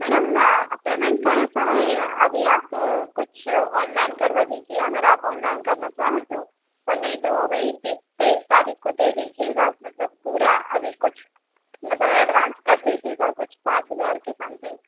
madam payment का ऐसा है अभी आप कुछ ऑनलाइन करवा दीजिए अगर आप ऑनलाइन करना चाहें तो और नहीं तो वही तीस तेईस तारीख़ को दे दीजिएगा आप मतलब पूरा अभी कुछ मतलब एडवांस कर दीजिएगा कुछ पाँच हज़ार के समथिंग